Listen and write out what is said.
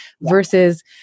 versus